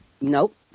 Nope